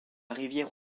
rivière